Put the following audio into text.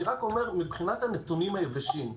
אני רק אומר, מבחינת הנתונים היבשים: